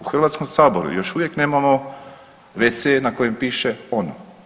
U Hrvatskom saboru još uvijek nemamo WC na kojem piše ono.